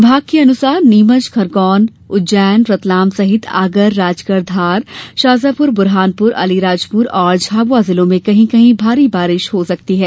विभाग के मुताबिक नीमच खरगोन उज्जैन रतलाम सहित आगर राजगढ धार शाजापुर बुरहानपुर अलीराजपुर और झाबुआ जिलों में कहीं कहीं भारी बारिश हो सकती है